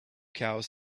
cows